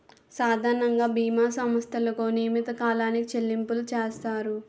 సాధారణంగా బీమా సంస్థలకు నియమిత కాలానికి చెల్లింపులు చేస్తారు